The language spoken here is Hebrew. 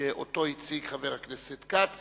שאותו הציג חבר הכנסת כץ